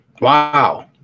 Wow